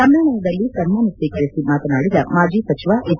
ಸಮ್ಮೇಳನದಲ್ಲಿ ಸನ್ನಾನ ಸ್ವೀಕರಿಸಿ ಮಾತನಾಡಿದ ಮಾಜಿ ಸಚಿವ ಹೆಚ್